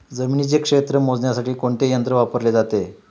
जमिनीचे क्षेत्र मोजण्यासाठी कोणते यंत्र वापरले जाते?